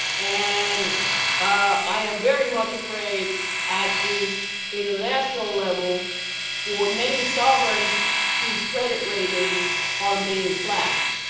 and i am very much afraid at the international level for many sovereigns whose credit ratings are being slashed.